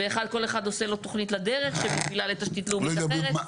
ובכלל כל אחד עושה לו תוכנית לדרך שמובילה לתשתית לאומית אחרת.